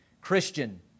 Christian